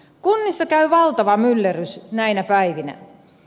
kunnissa käy valtava myllerrys näinä päivinä